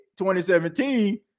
2017